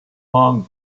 long